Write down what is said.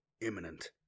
imminent